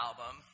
album